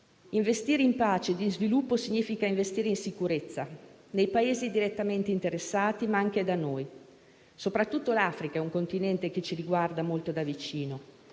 Investire in pace e in sviluppo significa investire in sicurezza: nei Paesi direttamente interessati, ma anche da noi. Soprattutto l'Africa è un continente che ci riguarda molto da vicino,